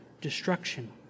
Destruction